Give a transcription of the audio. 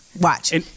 Watch